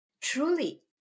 truly